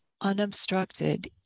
unobstructed